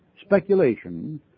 speculation